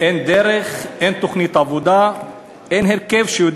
בשם אלוהים הרחמן והרחום).